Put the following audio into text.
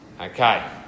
Okay